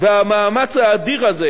והמאמץ האדיר הזה